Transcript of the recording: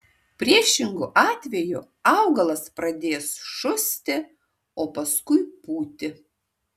priešingu atveju augalas pradės šusti o paskui pūti